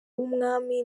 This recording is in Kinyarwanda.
w’umwami